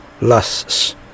lusts